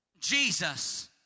Jesus